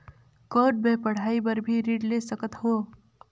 कौन मै पढ़ाई बर भी ऋण ले सकत हो?